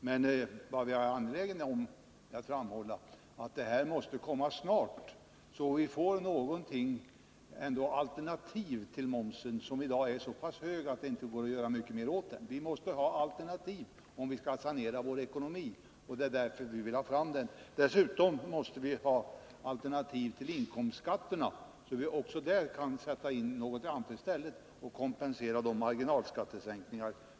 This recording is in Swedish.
Men det är alltså angeläget att man snart uppnår ett resultat så att vi får ett alternativ till momsen, som i dag är så hög att det inte går att höja den mer. För att kunna sanera vår ekonomi måste vi ha alternativ till momsen. Dessutom vill vi få fram alternativ att sätta in i stället för inkomstskatterna, som kompensation för eventuella marginalskattesänkningar.